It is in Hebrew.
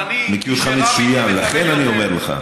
אני מכיר אותך מצוין, לכן אני אומר לך.